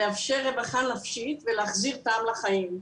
לאפשר רווחה נפשית ולהחזיר טעם לחיים.